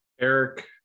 Eric